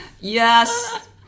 yes